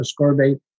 ascorbate